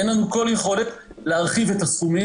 אין לנו כל יכולת להרחיב את הסכומים,